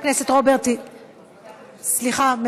סליחה,